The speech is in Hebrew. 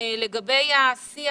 לגבי השיח,